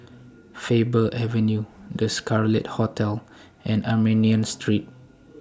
Faber Avenue The Scarlet Hotel and Armenian Street